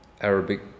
Arabic